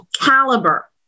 caliber